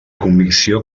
convicció